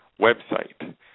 website